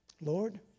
Lord